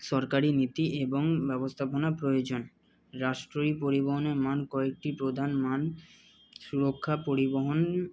সরকারি নীতি এবং ব্যবস্থাপনা প্রয়োজন রাষ্ট্রীয় পরিবহনের মান কয়েকটি প্রধান মান সুরক্ষা পরিবহন